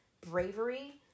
bravery